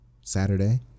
saturday